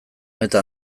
meta